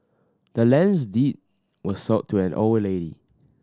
the land's deed was sold to an old lady